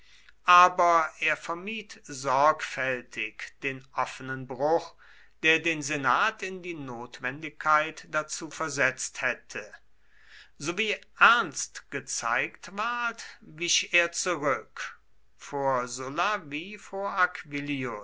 aber er vermied sorgfältig den offenen bruch der den senat in die notwendigkeit dazu versetzt hätte sowie ernst gezeigt ward wich er zurück vor sulla wie vor